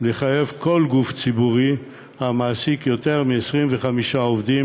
לחייב כל גוף ציבורי המעסיק יותר מ-25 עובדים